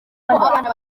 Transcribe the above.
abana